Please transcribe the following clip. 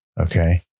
Okay